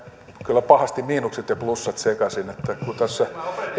kyllä pahasti miinukset ja plussat sekaisin kun tässä